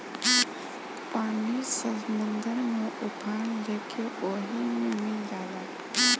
पानी समुंदर में उफान लेके ओहि मे मिल जाला